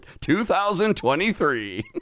2023